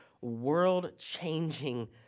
world-changing